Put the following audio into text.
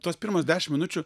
tos pirmos dešim minučių